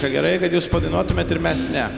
tai gerai kad jūs padainuotumėt ir mes ne